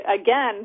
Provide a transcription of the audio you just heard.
again